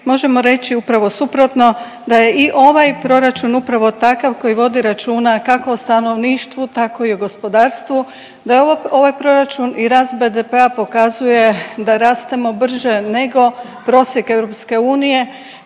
možemo reći upravo suprotno, da je i ovaj proračun upravo takav koji vodi računa kako o stanovništvu tako i o gospodarstvu, da je ovaj proračun i rast BDP-a pokazuje da rastemo brže nego prosjek EU,